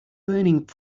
burning